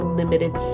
limited